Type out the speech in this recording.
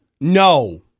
No